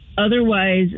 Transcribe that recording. Otherwise